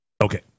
Okay